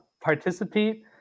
participate